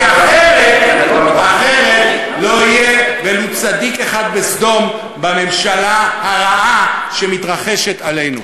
כי אחרת לא יהיה ולו צדיק אחד בסדום בממשלה הרעה שמתרחשת עלינו.